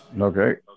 Okay